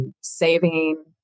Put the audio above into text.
saving